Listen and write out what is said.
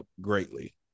greatly